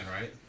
right